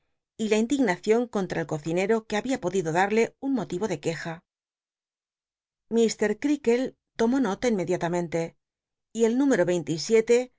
y la indignacion contra el cociner'o que habia podido darle un moliro de queja lir creakle l omó nota inmediatamente y el número